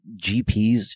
GPs